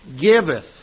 Giveth